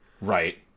Right